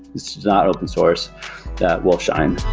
is not open source that will shine